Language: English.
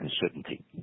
uncertainty